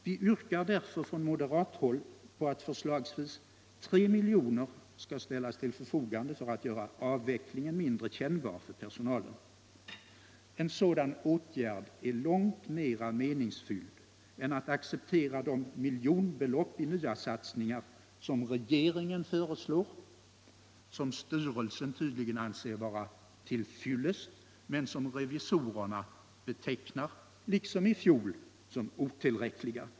Vi yrkar därför på att förslagsvis 3 miljoner skall ställas till förfogande för att göra avvecklingen mindre kännbar för personalen. En sådan åtgärd är långt mera meningsfylld än att acceptera de miljonbelopp i nya satsningar som regeringen föreslår, som styrelsen tydligen anser vara till fyllest, men som revisorerna betecknar som otillräckliga, liksom i fjol.